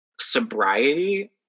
sobriety